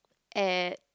at